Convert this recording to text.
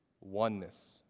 oneness